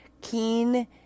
keen